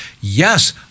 Yes